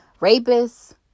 rapists